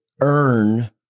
earn